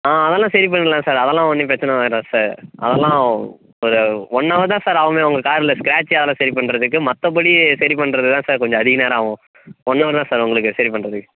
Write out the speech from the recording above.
ஆ அதெல்லாம் சரி பண்ணிடலாம் சார் அதெல்லாம் ஒன்றும் பிரச்சனை வராது சார் அதெல்லாம் ஒரு ஒன்னவர் தான் சார் ஆகுமே உங்க கார்ல ஸ்க்ராட்ச் ஆனால் சரி பண்றதுக்கு மற்ற படி சரி பண்ணுறதுதான் சார் கொஞ்சம் அதிக நேரம் ஆகும் கொஞ்சோண்டு தான் சார் உங்களுக்கு சரி பண்ணுறதுக்கு